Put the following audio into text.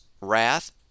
wrath